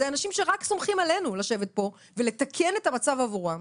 זה אנשים שרק סומכים עלינו לשבת פה ולתקן את המצב עבורם.